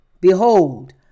Behold